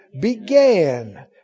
Began